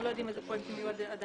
אנחנו לא יודעים איזה פרויקטים יהיו עד